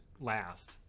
last